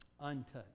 untouched